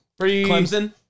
clemson